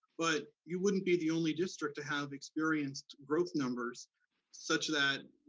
but you wouldn't be the only district to have experienced growth numbers such that,